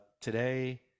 Today